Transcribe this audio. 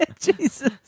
Jesus